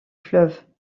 fleuve